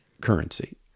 currency